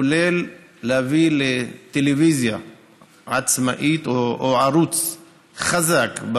כולל להביא לטלוויזיה עצמאית או לערוץ חזק,